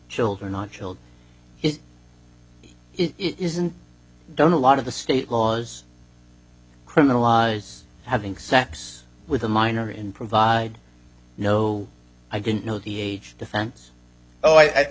children not chilled it isn't done a lot of the state laws criminalize having sex with a minor in provide no i didn't know the age defense oh i